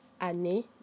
année